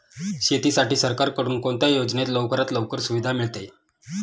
शेतीसाठी सरकारकडून कोणत्या योजनेत लवकरात लवकर सुविधा मिळते?